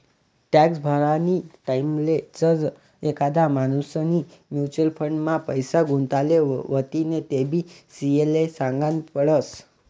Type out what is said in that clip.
tax भरानी टाईमले जर एखादा माणूसनी म्युच्युअल फंड मा पैसा गुताडेल व्हतीन तेबी सी.ए ले सागनं पडस